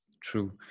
True